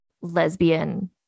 lesbian